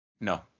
No